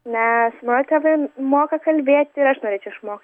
nes mano tėvai moka kalbėti ir aš norėčiau išmokti